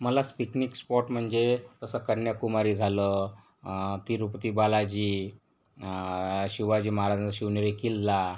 मला picnic spot म्हणजे तसं कन्याकुमारी झालं तिरूपती बालाजी शिवाजी महाराजांचा शिवनेरी किल्ला